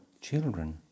children